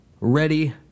ready